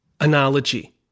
analogy